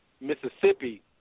Mississippi